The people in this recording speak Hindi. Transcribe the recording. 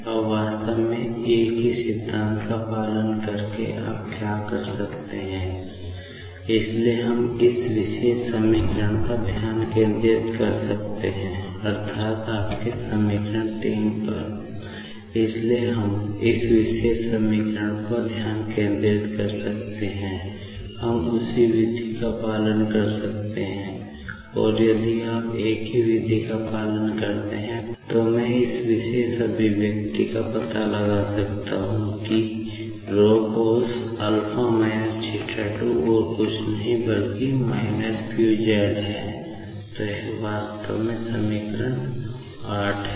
अब वास्तव में एक ही सिद्धांत का पालन करके आप क्या कर सकते हैं इसलिए हम इस विशेष समीकरण पर ध्यान केंद्रित कर सकते हैं अर्थात आपका समीकरण है